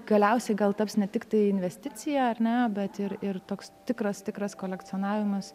galiausiai gal taps ne tiktai investicija ar ne bet ir ir toks tikras tikras kolekcionavimas